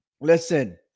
listen